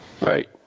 Right